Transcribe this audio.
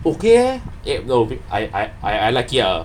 okay eh no I I I I like it ah